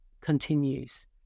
continues